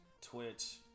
twitch